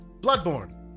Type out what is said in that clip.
Bloodborne